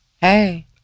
Hey